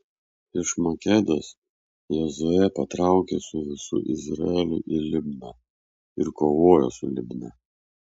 iš makedos jozuė patraukė su visu izraeliu į libną ir kovojo su libna